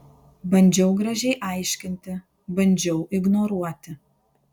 bandžiau gražiai aiškinti bandžiau ignoruoti